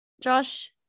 Josh